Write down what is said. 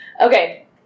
Okay